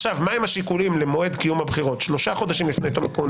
מהם השיקולים למועד קיום הבחירות שלושה חודשים לפני תום הכהונה?